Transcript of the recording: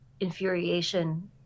infuriation